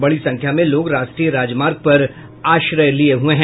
बड़ी संख्या में लोग राष्ट्रीय राजमार्ग पर आश्रय लिये हुये हैं